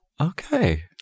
Okay